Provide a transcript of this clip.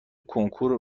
کنکور